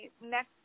next